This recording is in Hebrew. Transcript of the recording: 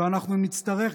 ואם נצטרך,